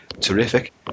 terrific